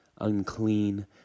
unclean